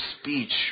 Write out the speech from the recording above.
speech